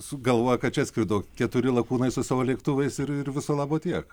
sugalvoja kad čia skrido keturi lakūnai su savo lėktuvais ir ir viso labo tiek